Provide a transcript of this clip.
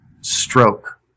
stroke